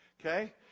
Okay